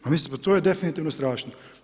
Pa mislim pa to je definitivno strašno.